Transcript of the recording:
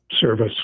service